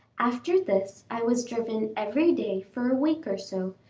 after this i was driven every day for a week or so,